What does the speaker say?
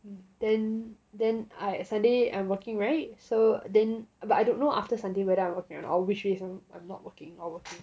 then then I sunday I'm working [right] so then but I don't know after sunday whether I'm working or not which reason I'm not working or working